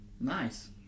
Nice